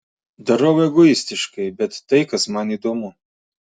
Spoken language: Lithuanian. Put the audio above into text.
darau egoistiškai bet tai kas man įdomu